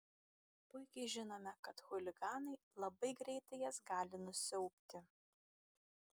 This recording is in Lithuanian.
puikiai žinome kad chuliganai labai greitai jas gali nusiaubti